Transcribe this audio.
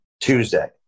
Tuesday